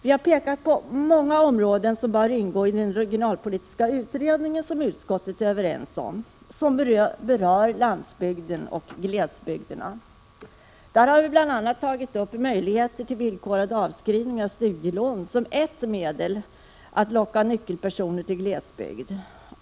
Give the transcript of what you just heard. Vi har pekat på många områden som bör ingå i den regionalpolitiska utredning som utskottets ledamöter är överens om och som berör landsbygden och glesbygden. Vi har bl.a. tagit upp möjligheterna till villkorad avskrivning av studielån som ett medel att locka nyckelpersoner till glesbygd.